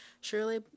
surely